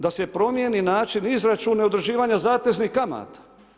Da se promijeni način izračuna određivanja zateznih kamata.